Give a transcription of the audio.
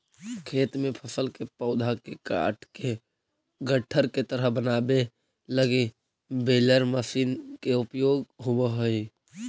खेत में फसल के पौधा के काटके गट्ठर के तरह बनावे लगी बेलर मशीन के उपयोग होवऽ हई